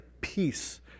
peace